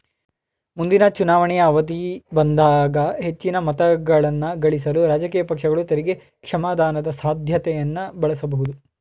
ಮುಂದಿನ ಚುನಾವಣೆಯ ಅವಧಿ ಬಂದಾಗ ಹೆಚ್ಚಿನ ಮತಗಳನ್ನಗಳಿಸಲು ರಾಜಕೀಯ ಪಕ್ಷಗಳು ತೆರಿಗೆ ಕ್ಷಮಾದಾನದ ಸಾಧ್ಯತೆಯನ್ನ ಬಳಸಬಹುದು